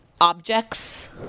objects